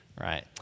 right